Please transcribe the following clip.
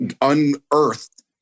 unearthed